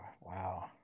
wow